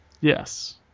Yes